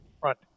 front